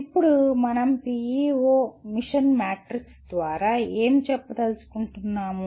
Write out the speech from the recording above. ఇప్పుడు మనం PEO mission matrix ద్వారా ఏమి చెప్పదలుచుకుంటున్నాము